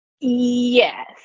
Yes